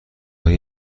های